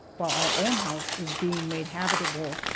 while our own house is being made habitable,